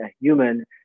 human